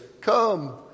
Come